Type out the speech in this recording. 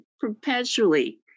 perpetually